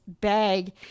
bag